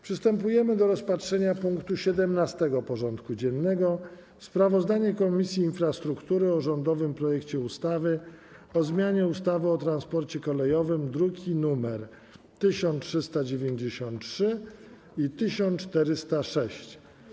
Przystępujemy do rozpatrzenia punktu 17. porządku dziennego: Sprawozdanie Komisji Infrastruktury o rządowym projekcie ustawy o zmianie ustawy o transporcie kolejowym (druki nr 1393 i 1406)